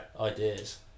ideas